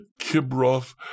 Kibroth